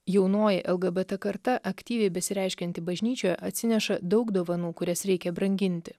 jaunoji lgbt karta aktyviai besireiškianti bažnyčioje atsineša daug dovanų kurias reikia branginti